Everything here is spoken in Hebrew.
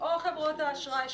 או חברות האשראי שנהנות.